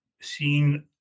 seen